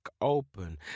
open